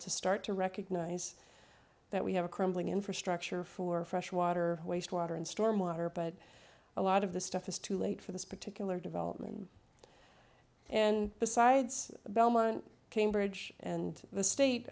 to start to recognize that we have a crumbling infrastructure for fresh water waste water and storm water but a lot of this stuff is too late for this particular development and besides belmont cambridge and the state